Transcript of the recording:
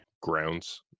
grounds